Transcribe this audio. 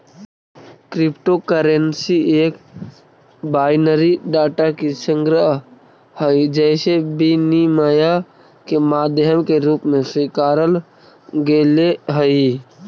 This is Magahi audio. क्रिप्टो करेंसी एक बाइनरी डाटा के संग्रह हइ जेसे विनिमय के माध्यम के रूप में स्वीकारल गेले हइ